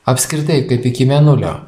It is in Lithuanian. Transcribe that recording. apskritai kaip iki mėnulio